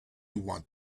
want